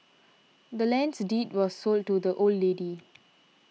the land's deed was sold to the old lady